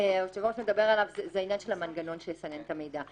שהיושב-ראש מדבר עליו זה העניין של המנגנון שיסנן את המידע.